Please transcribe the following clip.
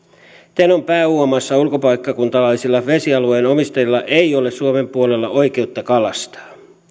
tenon pääuomassa ulkopaikkakuntalaisilla vesialueen omistajilla ei ole suomen puolella oikeutta kalastaa